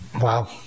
wow